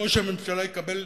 שראש הממשלה יקבל,